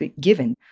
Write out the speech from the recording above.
given